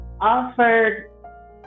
offered